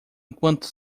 enquanto